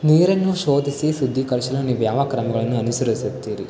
ನೀರನ್ನು ಶೋಧಿಸಿ ಶುದ್ದೀಕರಿಸಲು ನೀವು ಯಾವ ಕ್ರಮಗಳನ್ನು ಅನುಸರಿಸುತ್ತೀರಿ